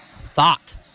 thought